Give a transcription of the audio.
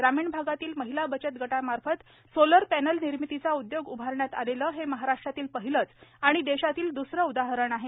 ग्रामीण भागातील महिला बचत गटामार्फत सोलर पॅनल निर्मितीचा उद्योग उभारण्यात आलेले हे महाराष्ट्रातील पहिलेच आणि देशातील द्सरे उदाहरण आहे